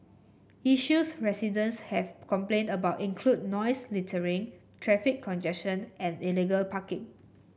issues residents have complained about include noise littering traffic congestion and illegal parking